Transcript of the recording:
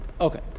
Okay